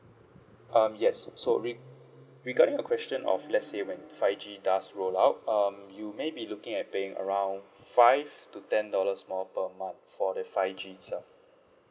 um yes so re~ regarding your question of let's say when five G does roll out um you may be looking at paying around five to ten dollars more per month for the five G itself